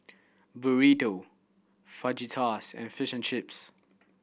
Burrito Fajitas and Fish and Chips